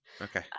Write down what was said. Okay